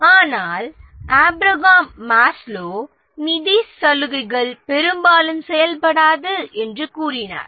ஆனால் Abraham Maslow நிதி சலுகைகள் பெரும்பாலும் செயல்படாது என்று கூறினார்